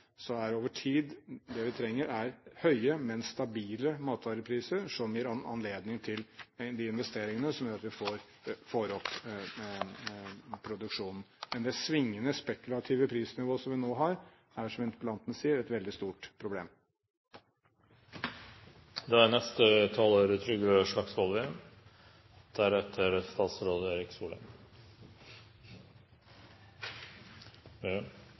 så trenger vi – over tid – høye, men stabile matvarepriser. Det gir anledning til de investeringene som gjør at vi får opp produksjonen. Men det svingende, spekulative prisnivået som vi nå har, er, som interpellanten sier, et veldig stort